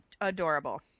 adorable